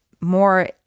more